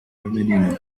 femenino